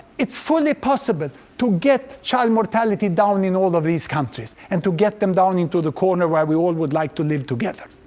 it's fully possible to get child mortality down in all of these countries and to get them down in the corner where we all would like to live together.